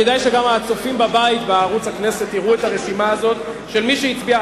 כדאי שגם הצופים בבית בערוץ הכנסת יראו את הרשימה של מי שהצביע.